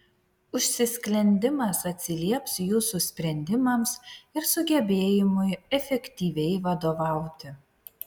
užsisklendimas atsilieps jūsų sprendimams ir sugebėjimui efektyviai vadovauti